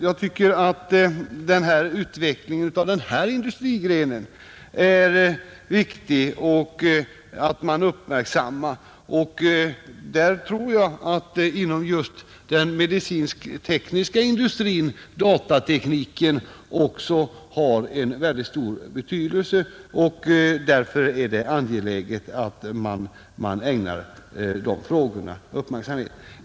Jag tycker att utvecklingen av denna industrigren är viktig, och jag tror att datatekniken också har mycket stor betydelse inom just den medicinsk-tekniska industrin, Därför är det angeläget att man ägnar dessa frågor uppmärksamhet.